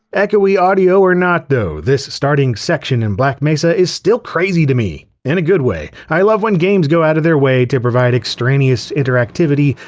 echoey audio or not though, this starting section in black mesa is still crazy to me. in a good way, i love when games go out of their way to provide extraneous interactivity,